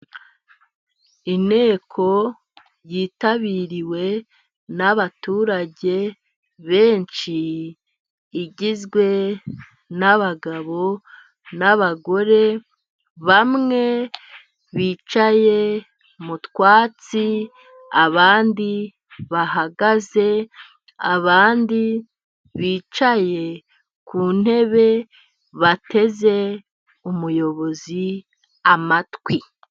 Inteko yitabiriwe n'abaturage benshi igizwe n'abagabo n'abagore, bamwe bicaye mu twatsi ,abandi bahagaze, abandi bicaye ku ntebe bateze umuyobozi amatwi.